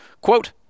quote